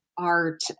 art